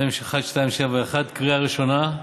מ/1271, קריאה ראשונה.